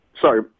sorry